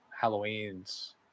Halloween's